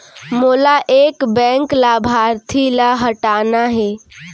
मोला एक बैंक लाभार्थी ल हटाना हे?